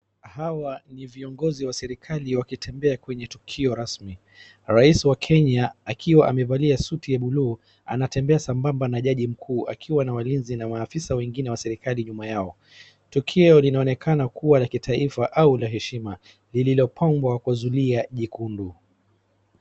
Hawa ni viongozi wa serikali wakitembea kwenye tukio rasmi. Rais wa Kenya akiwa amevalia suti buluu, anatembea sambamba na jaji mkuu akiwa na walinzi na maafisa wengine wa serikali nyuma yao. Tokeo linaonekana kuwa la kitaifa au la heshima lililopangwa kwa zulia jekundu.